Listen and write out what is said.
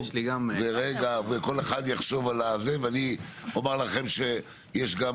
כל אחד יחשוב על זה ואני אומר לכם שיש גם